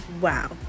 wow